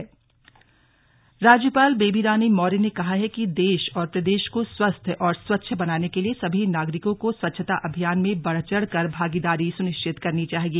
राज्यपाल नैनीताल राज्यपाल बेबीरानी मौर्य ने कहा है कि देश और प्रदेश को स्वस्थ और स्वच्छ बनाने के लिए सभी नागरिकों को स्वच्छता अभियान में बढ़ चढ़ कर भागीदारी सुनिश्चित करनी चाहिए